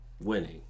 winning